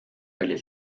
olid